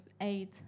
eight